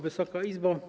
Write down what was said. Wysoka Izbo!